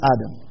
Adam